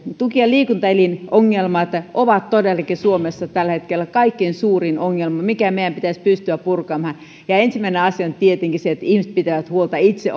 tuki ja liikuntaelinongelmat ovat todellakin suomessa tällä hetkellä kaikkein suurin ongelma mikä meidän pitäisi pystyä purkamaan ja ensimmäinen asia on tietenkin se että ihmiset pitävät huolta itse